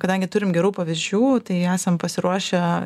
kadangi turim gerų pavyzdžių tai esam pasiruošę